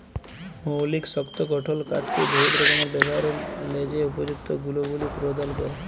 মৌলিক শক্ত গঠল কাঠকে বহুত রকমের ব্যাভারের ল্যাযে উপযুক্ত গুলবলি পরদাল ক্যরে